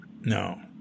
No